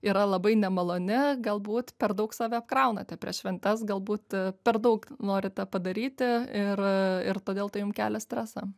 yra labai nemaloni galbūt per daug save apkraunate prieš šventes galbūt per daug norite padaryti ir ir todėl tai jum kelia stresą